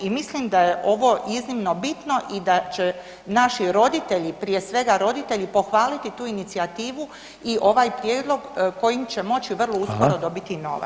I mislim da je ovo iznimno bitno i da će naši roditelji, prije svega roditelji pohvaliti tu inicijativu i ovaj prijedlog kojim će moći vrlo uskoro dobiti novac.